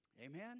Amen